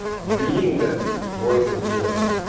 reading the voice of jim,